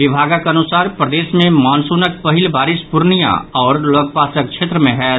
विभागक अनुसार प्रदेश मे मॉनसूनक पहिल बारिश पूर्णियां आओर लऽगपासक क्षेत्र मे होयत